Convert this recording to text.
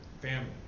family